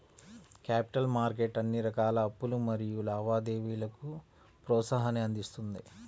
capital market అన్ని రకాల అప్పులు మరియు లావాదేవీలకు ప్రోత్సాహాన్ని అందిస్తున్నది